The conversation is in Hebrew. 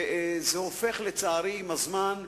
וזה הופך, לצערי, עם הזמן,